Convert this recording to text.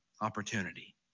opportunity